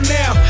now